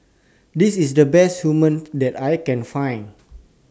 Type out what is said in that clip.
This IS The Best Hummus that I Can Find